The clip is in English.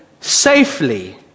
safely